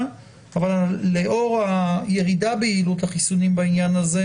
אבל לאור הירידה ביעילות החיסונים בעניין הזה,